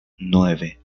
nueve